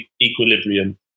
equilibrium